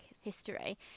history